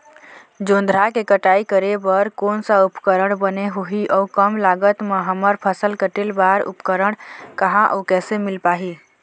जोंधरा के कटाई करें बर कोन सा उपकरण बने होही अऊ कम लागत मा हमर फसल कटेल बार उपकरण कहा अउ कैसे मील पाही?